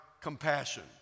compassion